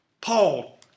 Paul